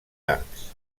arts